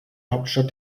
hauptstadt